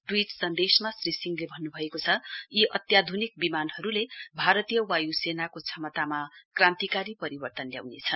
tweet सन्देशमा श्री सिहले भन्नुभएको यी अत्याधुनिक विमानहरुले भारतीय वायुसेनाको क्षमतामा क्रान्तिकारी परिवर्तन ल्याउनेछ